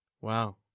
Wow